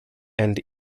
and